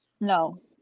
No